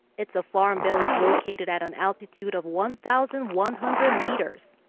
it's a farm village located at an altitude of one thousand one hundred meters,